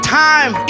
time